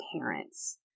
parents